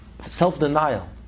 self-denial